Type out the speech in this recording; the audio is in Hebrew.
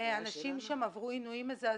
אנשים שם עברו עינויים מזעזעים.